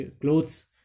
clothes